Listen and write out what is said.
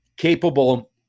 capable